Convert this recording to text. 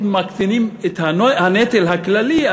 אם מקטינים את הנטל הכללי,